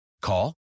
Call